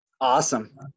Awesome